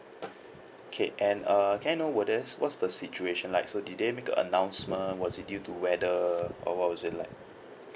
okay and err can I know were there's what's the situation like so did they make a announcement was it due to weather or what was it like